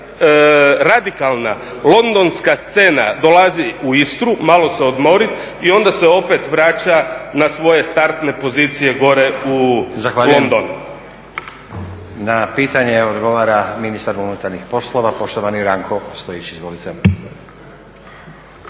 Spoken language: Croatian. radikalna londonska scena dolazi u Istru malo se odmorit i onda se opet vraća na svoje startne pozicije gore u London.